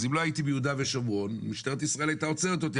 אז אם לא הייתי ביהודה ושומרון משטרת ישראל הייתה עוצרת אותו.